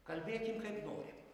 kalbėkim kaip nori